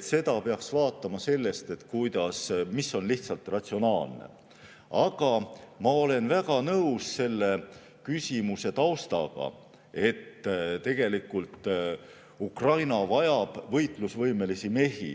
Seda peaks vaatama selle järgi, mis on lihtsalt ratsionaalne. Aga ma olen väga nõus selle küsimuse taustaga, et tegelikult Ukraina vajab võitlusvõimelisi mehi.